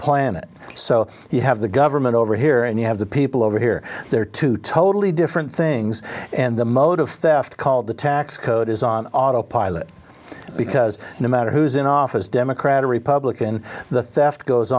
planet so you have the government over here and you have the people over here there are two totally different things and the mode of theft called the tax code is on autopilot because no matter who as in office democrat or republican the theft goes